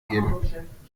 geben